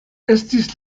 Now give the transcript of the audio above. estis